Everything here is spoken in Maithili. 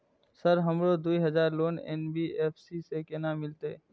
सर हमरो दूय हजार लोन एन.बी.एफ.सी से केना मिलते?